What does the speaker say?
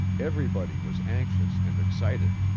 everybody was anxious and excited.